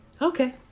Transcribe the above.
Okay